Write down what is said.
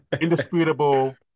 indisputable